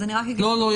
אז רק אגיד --- לא לא,